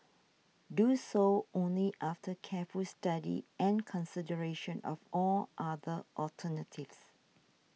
do so only after careful study and consideration of all other alternatives